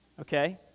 Okay